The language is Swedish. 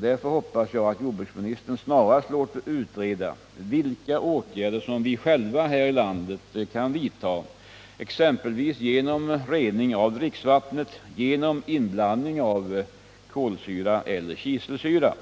Därför hoppas jag att jordbruksministern snarast låter utreda vilka åtgärder vi själva här i landet kan vidta, exempelvis rening av dricksvattnet genom inblandning av kolsyra eller kiselsyra.